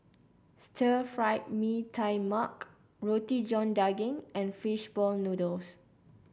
Stir Fried Mee Tai Mak Roti John Daging and fish ball noodles